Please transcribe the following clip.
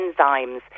enzymes